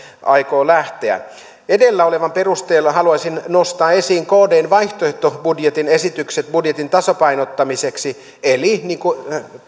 aikoo lähteä edellä olevan perusteella haluaisin nostaa esiin kdn vaihtoehtobudjetin esitykset budjetin tasapainottamiseksi eli niin kuin